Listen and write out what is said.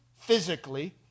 physically